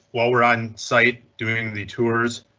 while we're on site doing the tours,